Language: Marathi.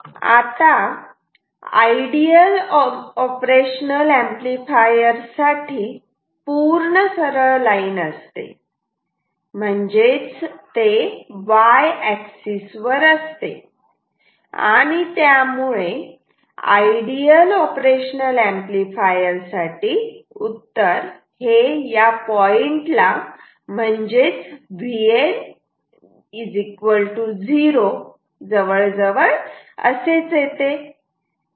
आता आयडियल ऑपरेशनल ऍम्प्लिफायर साठी पूर्ण सरळ लाईन असते म्हणजेच ते y एक्सिस वर असते आणि त्यामुळे आयडियल ऑपरेशनल ऍम्प्लिफायर साठी उत्तर हे या पॉइंट ला म्हणजेच Vn 0 जवळजवळ असेच येते